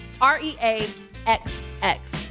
R-E-A-X-X